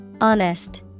Honest